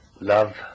Love